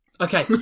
Okay